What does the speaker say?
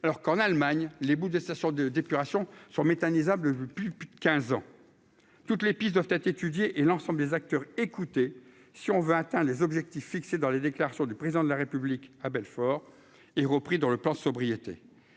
alors qu'en Allemagne les boues de stations de d'épuration sont méthane Isablle plus, plus de 15 ans toutes les pistes doivent être étudiées et l'ensemble des acteurs écoutez, si on veut atteint les objectifs fixés dans les déclarations du président de la République à Belfort et repris dans le plan sobriété,